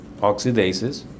oxidases